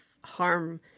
harm